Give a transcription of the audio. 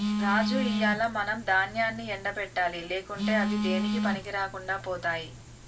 రాజు ఇయ్యాల మనం దాన్యాన్ని ఎండ పెట్టాలి లేకుంటే అవి దేనికీ పనికిరాకుండా పోతాయి